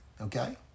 Okay